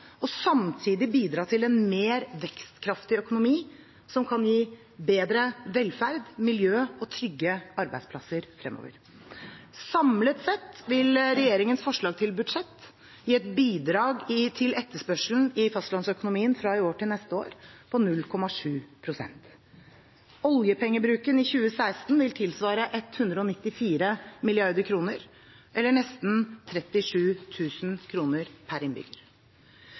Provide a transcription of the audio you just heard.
og samtidig bidra til en mer vekstkraftig økonomi som kan gi bedre velferd, miljø og trygge arbeidsplassene fremover. Samlet sett vil regjeringens forslag til budsjett gi et bidrag til etterspørselen i fastlandsøkonomien fra i år til neste år på 0,7 pst. Oljepengebruken i 2016 vil tilsvare 194 mrd. kr, eller nesten 37 000 kr per innbygger.